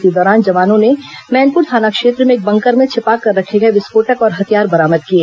इसी दौरान जवानों ने मैनपुर थाना क्षेत्र में एक बंकर में छिपाकर रखे गए विस्फोटक और हथियार बरामद किए